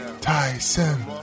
Tyson